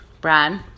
Brad